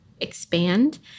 expand